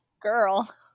girl